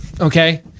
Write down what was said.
okay